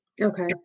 Okay